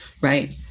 Right